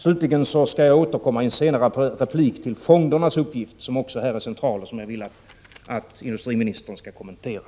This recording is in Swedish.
Jag skall återkomma i en senare replik till fondernas uppgift, som också här är central och som jag vill att industriministern skall kommentera.